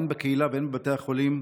הן בקהילה והן בבתי החולים,